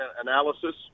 analysis